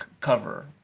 cover